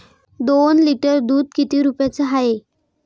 दोन लिटर दुध किती रुप्याचं हाये?